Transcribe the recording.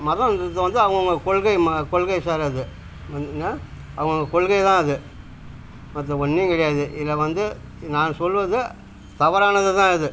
மதம் இதை வந்து அவங்கவுங்க கொள்கையை ம கொள்கையை சாராது வந்ததுன்னா அவங்கவுங்க கொள்கை தான் அது மற்ற ஒன்றும் கிடையாது இதை வந்து நான் சொல்வது தவறானது தான் இது